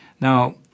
Now